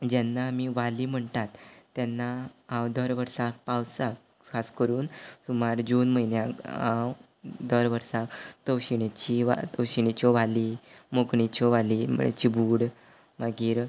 जेन्ना आमी वाली म्हणटात तेन्ना हांव दर वर्साक पावसाक खास करून सुमार जून म्हयन्यांक हांव दर वर्साक तवशिणेचीं वा तवशिणीच्यो वाली मोकणीच्यो वाली म्हळ्ळ्यार चिबूड मागीर